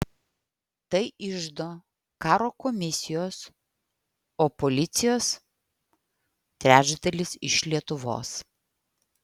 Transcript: tai iždo karo komisijos o policijos trečdalis iš lietuvos